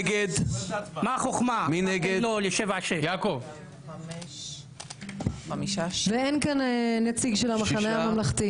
בעד ההצעה למנות ארבעה סגנים זמניים ליושב-ראש הכנסת 10 נגד,